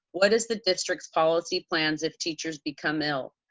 what is the district's policy plans if teachers become ill?